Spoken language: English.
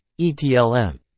ETLM